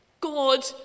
God